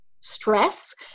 stress